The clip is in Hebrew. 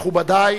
מכובדי,